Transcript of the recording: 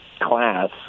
class